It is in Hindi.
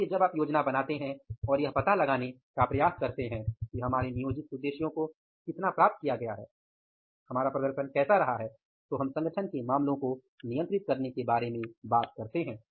इसलिए जब आप योजना बनाते हैं और यह पता लगाने का प्रयास करते हैं कि हमारे नियोजित उद्देश्यों को कितना प्राप्त किया गया है हमारा प्रदर्शन कैसा रहा है तो हम संगठन के मामलों को नियंत्रित करने के बारे में बात करते हैं